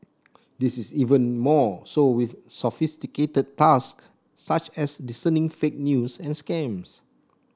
this is even more so with sophisticated task such as discerning fake news and scams